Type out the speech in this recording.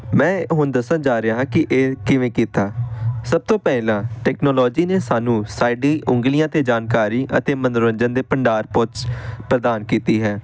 ਮੈਂ ਹੁਣ ਦੱਸਣ ਜਾ ਰਿਹਾ ਹਾਂ ਕਿ ਇਹ ਕਿਵੇਂ ਕੀਤਾ ਸਭ ਤੋਂ ਪਹਿਲਾਂ ਟੈਕਨੋਲੋਜੀ ਨੇ ਸਾਨੂੰ ਸਾਡੀ ਉਂਗਲੀਆਂ 'ਤੇ ਜਾਣਕਾਰੀ ਅਤੇ ਮਨੋਰੰਜਨ ਦੇ ਭੰਡਾਰ ਪੁੱਛ ਪ੍ਰਦਾਨ ਕੀਤੀ ਹੈ